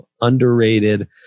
underrated